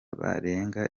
barenga